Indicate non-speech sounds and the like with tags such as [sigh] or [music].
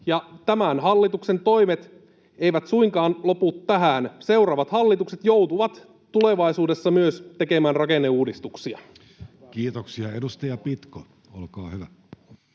tämän hallituksen toimet eivät suinkaan lopu tähän. Seuraavat hallitukset joutuvat tulevaisuudessa [noise] myös tekemään rakenneuudistuksia. Kiitoksia. — Edustaja Pitko, olkaa hyvä.